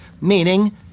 meaning